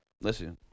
Listen